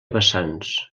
vessants